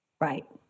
Right